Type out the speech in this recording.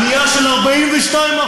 שום דבר לא השתנה.